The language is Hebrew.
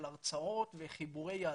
של הרצאות וחיבורי יהדות,